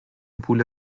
پول